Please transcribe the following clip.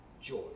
joy